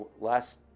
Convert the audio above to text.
last